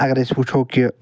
اگر أسۍ وٕچھو کہِ